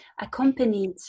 accompanied